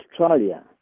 Australia